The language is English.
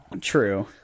True